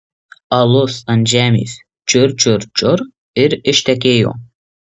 alus ant žemės čiur čiur čiur ir ištekėjo